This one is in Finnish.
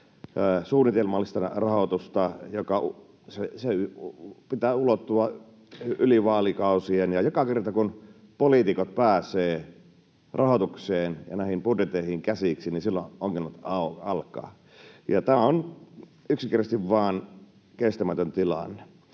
suunnitelmallista rahoitusta, jonka pitää ulottua yli vaalikausien. Ja joka kerta, kun poliitikot pääsevät rahoitukseen ja näihin budjetteihin käsiksi, niin silloin ongelmat alkavat, ja tämä on yksinkertaisesti vain kestämätön tilanne.